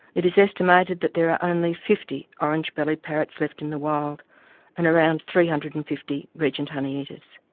it is estimated that there are only fifty orange-bellied parrots left in the wild and around three hundred and fifty regent honeyeaters.